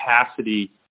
capacity